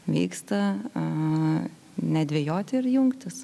vyksta a nedvejoti ir jungtis